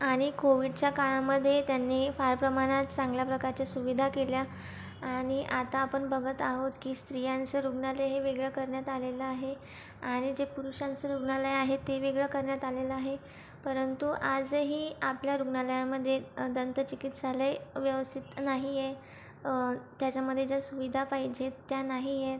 आणि कोविडच्या काळामध्ये त्यांनी फार प्रमाणात चांगल्या प्रकारच्या सुविधा केल्या आणि आता आपण बघत आहोत की स्त्रियांचं रुग्णालय हे वेगळं करण्यात आलेलं आहे आणि जे पुरुषांचं रुग्णालय आहे ते वेगळं करण्यात आलेलं आहे परंतु आजही आपल्या रुग्णालयामध्ये दंत चिकित्सालय व्यवस्थित नाही आहे त्याच्यामध्ये ज्या सुविधा पाहिजेत त्या नाही आहेत